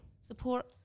support